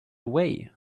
away